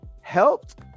helped